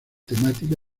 temática